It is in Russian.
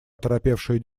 оторопевшую